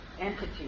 entity